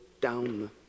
down